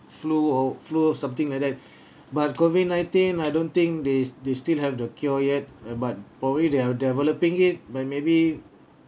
flu or flu something like that but COVID nineteen I don't think they they still have the cure yet uh but probably they are developing it but maybe